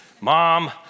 mom